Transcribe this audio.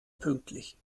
pünktlich